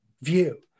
view